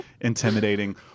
intimidating